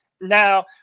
Now